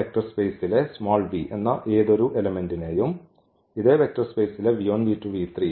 എന്ന വെക്റ്റർ സ്പേസിലെ എന്ന ഏത് എലെമെന്റിനെയും ഇതേ വെക്റ്റർ സ്പേസിലെ